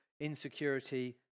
insecurity